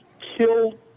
killed